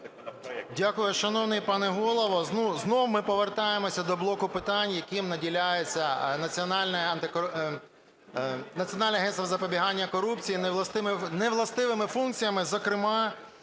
Дякую, шановний пане Голово. Ну, знову ми повертаємося до блоку питань, якими наділяється Національне агентство запобігання корупції невластивими функціями, зокрема,